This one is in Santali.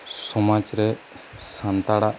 ᱥᱚᱢᱟᱡᱽ ᱨᱮ ᱥᱟᱱᱛᱟᱲᱟᱜ